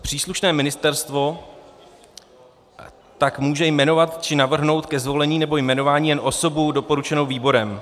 Příslušné ministerstvo tak může jmenovat či navrhnout ke zvolení nebo jmenování jen osobu doporučenou výborem.